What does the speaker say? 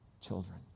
children